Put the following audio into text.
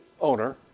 owner